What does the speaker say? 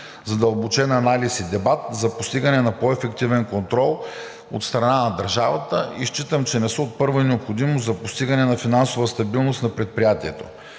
задълбочен анализ и дебат за постигане на по-ефективен контрол от страна на държавата и считам, че не са от първа необходимост за постигане на финансова стабилност на предприятието.